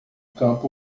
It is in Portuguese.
campo